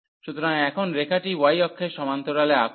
সুতরাং এখন রেখাটি y অক্ষের সমান্তরালে আঁকুন